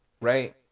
right